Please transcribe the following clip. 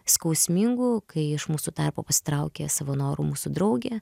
skausmingu kai iš mūsų tarpo pasitraukė savo noru mūsų draugė